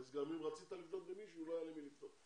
וגם אם רצית לפנות למישהו, לא היה למי לפנות.